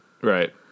Right